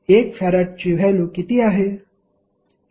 1 फॅराडची व्हॅल्यु किती आहे